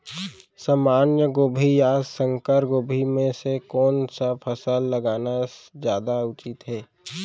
सामान्य गोभी या संकर गोभी म से कोन स फसल लगाना जादा उचित हे?